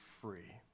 free